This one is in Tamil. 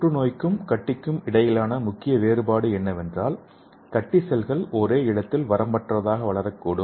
புற்றுநோய்க்கும் கட்டிக்கும் இடையிலான முக்கிய வேறுபாடு என்னவென்றால் கட்டி செல்கள் ஒரே இடத்தில் வரம்பற்றதாக வளரக்கூடும்